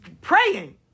praying